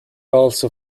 also